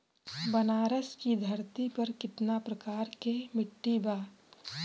बनारस की धरती पर कितना प्रकार के मिट्टी बा?